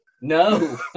No